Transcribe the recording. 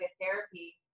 therapy